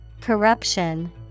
Corruption